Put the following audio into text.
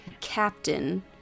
captain